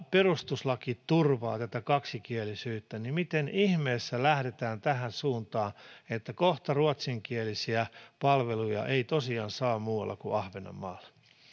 perustuslaki turvaa tätä kaksikielisyyttä niin miten ihmeessä lähdetään tähän suuntaan että kohta ruotsinkielisiä palveluja ei tosiaan saa muualla kuin ahvenanmaalla